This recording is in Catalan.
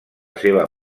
seva